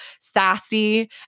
sassy